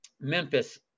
Memphis